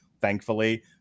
thankfully